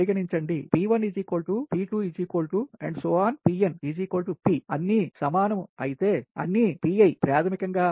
Pn P అన్నీ సమానం అయితే అన్ని Pi ప్రాథమికం గా